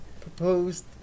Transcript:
proposed